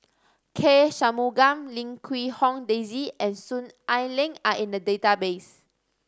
K Shanmugam Lim Quee Hong Daisy and Soon Ai Ling are in the database